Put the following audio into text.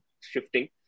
shifting